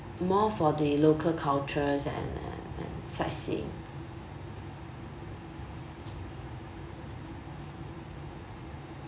more for the local cultures and and and sightseeing